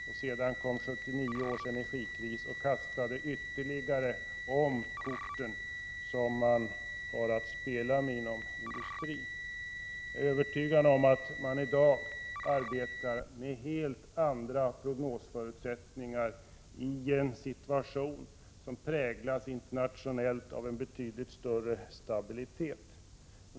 Sedan kom 1979 års energikris och kastade ytterligare om de kort som industrin har att spela med. Jag är övertygad om att prognosförutsättningarna i dag är helt andra, i en situation som internationellt präglas av betydligt större stabilitet.